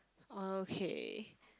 okay